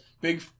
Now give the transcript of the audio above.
Big